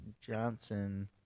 Johnson